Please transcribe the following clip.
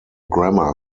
grammar